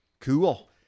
Cool